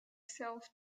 self